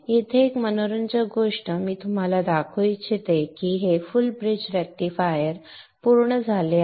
येथे एक मनोरंजक गोष्ट हे दर्शवू इच्छितो की हे फुल ब्रिज रेक्टिफायर पूर्ण झाले आहे